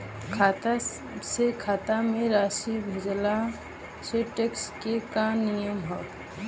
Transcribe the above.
खाता से खाता में राशि भेजला से टेक्स के का नियम ह?